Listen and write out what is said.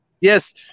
yes